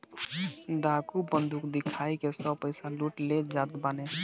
डाकू बंदूक दिखाई के सब पईसा लूट ले जात बाने